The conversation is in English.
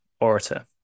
orator